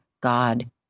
God